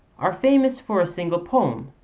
are famous for a single poem